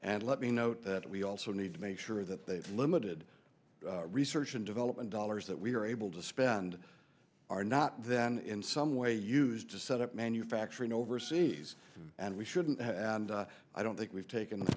and let me note that we also need to make sure that they have limited research and development dollars that we're able to spend are not then in some way used to set up manufacturing overseas and we shouldn't and i don't think we've taken